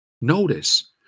Notice